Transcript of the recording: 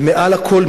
ומעל הכול,